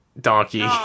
donkey